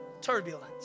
turbulence